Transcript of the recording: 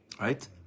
Right